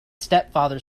stepfather